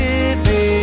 Living